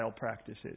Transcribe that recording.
practices